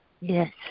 Yes